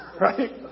Right